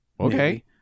okay